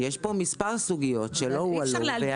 יש כאן מספר סוגיות שלא הועלו.